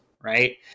right